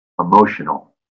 emotional